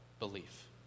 belief